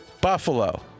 Buffalo